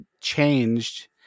changed